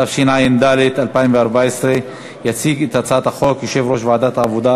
התשע"ד 2014. יציג את הצעת החוק יושב-ראש ועדת העבודה,